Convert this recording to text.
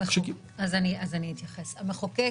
המחוקק